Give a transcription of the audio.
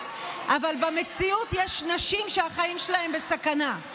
אבל במציאות יש נשים שהחיים שלהן בסכנה.